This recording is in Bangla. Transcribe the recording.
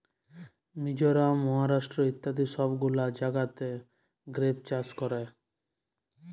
মিজরাম, মহারাষ্ট্র ইত্যাদি সব গুলা জাগাতে গ্রেপ চাষ ক্যরে